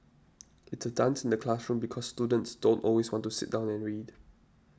it's a dance in the classroom because students don't always want to sit down and read